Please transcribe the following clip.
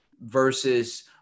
versus